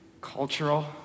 cultural